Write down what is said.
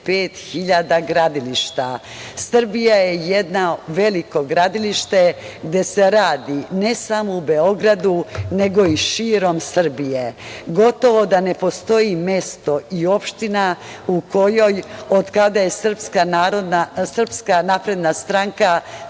65.000 gradilišta. Srbija je jedno veliko gradilište gde se radi, ne samo u Beogradu, nego i širom Srbije. Gotovo da ne postoji mesto i opština u kojoj, od kada je Srpska napredna stranka